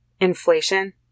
inflation